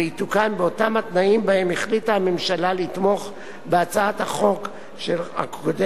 ויתוקן באותם התנאים שבהם החליטה הממשלה לתמוך בהצעת החוק הקודמת,